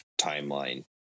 timeline